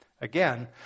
Again